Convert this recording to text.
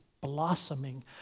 blossoming